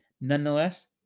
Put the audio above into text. Nonetheless